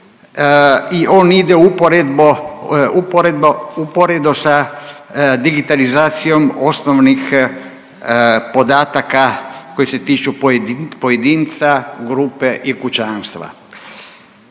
uporedbo, uporedo sa digitalizacijom osnovnih podataka koji se tiču pojedinca, grupe i kućanstva,